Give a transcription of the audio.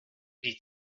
die